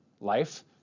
life